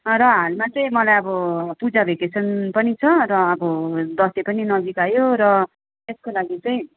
र हालमा चाहिँ मलाई अब पूजा भेकेसन पनि छ र अब दसैँ पनि नजिक आयो र त्यसको लागि चाहिँ